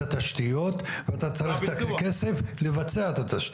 אתה צריך תקציב לתכנן את התשתיות ואתה צריך את הכסף לבצע את התשתיות.